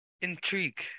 intrigue